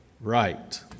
Right